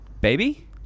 Baby